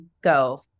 go